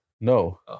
No